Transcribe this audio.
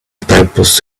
typos